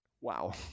Wow